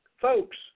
Folks